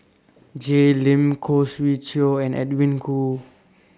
Jay Lim Khoo Swee Chiow and Edwin Koo